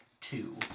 Two